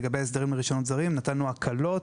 לגבי הסדרים לרישיונות זרים נתנו הקלות,